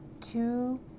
two